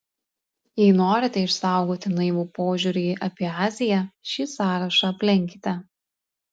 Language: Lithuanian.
jei norite išsaugoti naivų požiūrį apie aziją šį sąrašą aplenkite